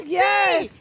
yes